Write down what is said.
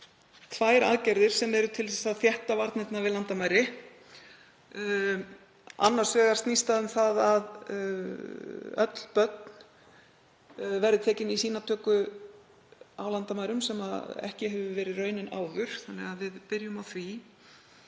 konar aðgerðir sem eru til þess að þétta varnirnar við landamærin. Annars vegar snúast þær um að öll börn verði tekin í sýnatöku á landamærum, sem ekki hefur verið raunin áður. Við byrjum á því.